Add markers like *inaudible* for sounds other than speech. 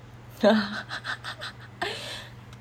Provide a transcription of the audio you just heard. *laughs*